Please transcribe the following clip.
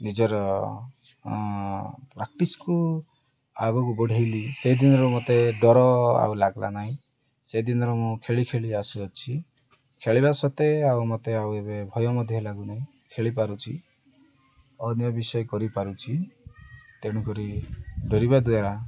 ନିଜର ପ୍ରାକ୍ଟିସ୍କୁ ଆଗକୁ ବଢ଼େଇଲି ସେଇଦିନରୁ ମୋତେ ଡର ଆଉ ଲାଗ୍ଲା ନାହିଁ ସେଦିନର ମୁଁ ଖେଳି ଖେଳି ଆସୁଅଛି ଖେଳିବା ସତ୍ତ୍ୱେ ଆଉ ମୋତେ ଆଉ ଏବେ ଭୟ ମଧ୍ୟ ଲାଗୁନାହିଁ ଖେଳିପାରୁଛି ଅନ୍ୟ ବିଷୟ କରିପାରୁଛି ତେଣୁକରି ଡରିବା ଦ୍ୱାରା